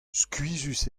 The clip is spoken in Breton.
skuizhus